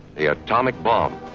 the atomic bomb.